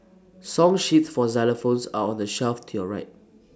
song sheets for xylophones are on the shelf to your right